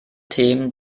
themen